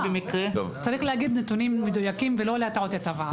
צריך להגיד נתונים מדויקים ולא להטעות את הוועדה.